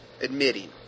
admitting